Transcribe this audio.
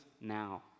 now